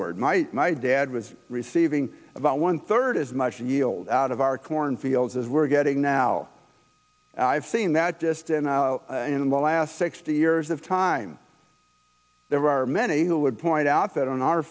ards my my dad was receiving about one third as much a yield out of our corn fields as we're getting now and i've seen that just and in the last sixty years of time there are many who would point out that on our